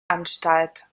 anstalt